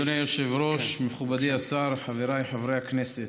אדוני היושב-ראש, מכובדי השר, חבריי חברי הכנסת,